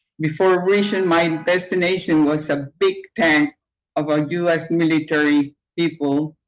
before reaching my destination was a big tent of a u s. military people.